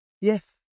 Yes